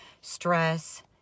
stress